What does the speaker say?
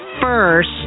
first